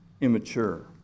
immature